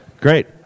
Great